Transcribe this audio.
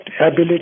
ability